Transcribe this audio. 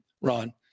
Ron